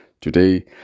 today